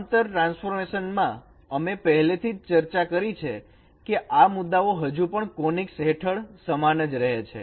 સમાંતર ટ્રાન્સફોર્મેશન માં અમે પહેલેથી જ ચર્ચા કરી છે કે આ મુદ્દાઓ હજુ પણ કોનીકસ હેઠળ સમાન જ રહે છે